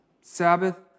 Sabbath